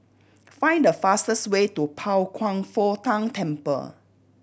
find the fastest way to Pao Kwan Foh Tang Temple